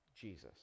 Jesus